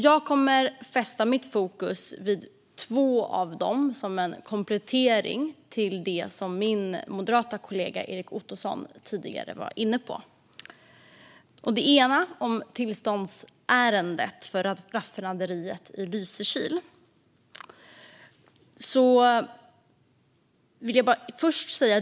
Jag kommer att fästa mitt fokus vid två av dem som en komplettering till det som min moderata kollega Erik Ottoson tidigare var inne på. En granskning gäller ett tillståndsärende om utbyggnad av raffinaderiet i Lysekil.